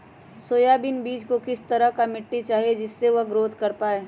Soybean बीज को किस तरह का मिट्टी चाहिए जिससे वह ग्रोथ कर पाए?